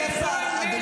מאיר כהן משקר.